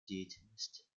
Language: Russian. деятельность